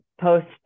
post